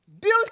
Build